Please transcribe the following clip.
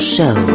Show